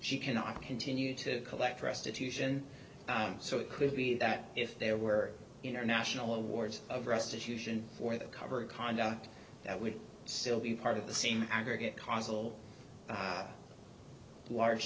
she cannot continue to collect restitution so it could be that if there were international awards of restitution for the cover of conduct that would still be part of the same aggregate consul large